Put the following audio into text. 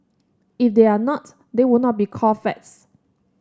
if they are not they would not be called facts